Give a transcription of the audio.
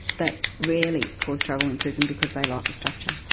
they rarely cause trouble in prison because they like the structure.